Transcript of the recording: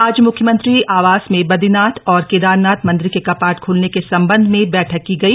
आज मुख्यमंत्री आवास में बदरीनाथ और कद्वारनाथ मंदिर का कपाट खलन का संबंध में बैठक की गई